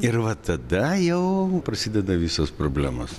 ir va tada jau prasideda visos problemos